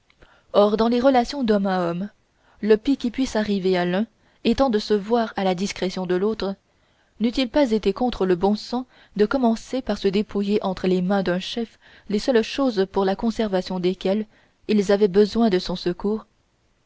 or dans les relations d'homme à homme le pis qui puisse arriver à l'un étant de se voir à la discrétion de l'autre n'eût-il pas été contre le bon sens de commencer par se dépouiller entre les mains d'un chef des seules choses pour la conservation desquelles ils avaient besoin de son secours